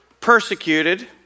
persecuted